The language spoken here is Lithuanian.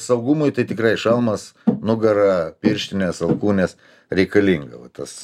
saugumui tai tikrai šalmas nugara pirštinės alkūnės reikalinga va tas